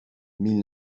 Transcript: mille